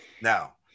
Now